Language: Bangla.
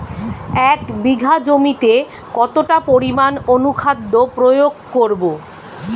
এক বিঘা জমিতে কতটা পরিমাণ অনুখাদ্য প্রয়োগ করব?